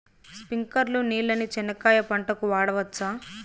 స్ప్రింక్లర్లు నీళ్ళని చెనక్కాయ పంట కు వాడవచ్చా?